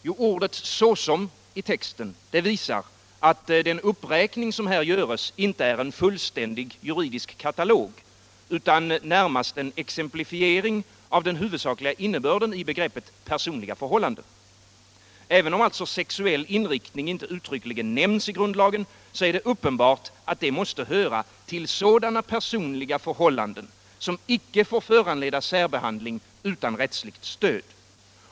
Jo, ordet ”såsom” i texten visar att uppräkningen inte är en fullständig katalog utan närmast en exemplificring av den huvudsakliga innebörden i begreppet ”personliga förhållanden”. Även om alltså sexuell inriktning inte uttryckligen nämns i grundlagen, är det uppenbart att det måste höra till sådana personliga förhållanden som Homosexuella samlevandes sociala rättigheter Homosexuella samlevandes sociala rättigheter icke får föranleda särbehandling utan rättsligt stöd.